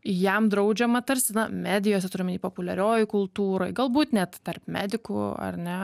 jam draudžiama tarsi na medijose turiu omeny populiariojoj kultūroj galbūt net tarp medikų ar ne